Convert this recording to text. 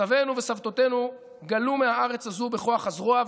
סבינו וסבתותינו גלו מהארץ הזו בכוח הזרוע,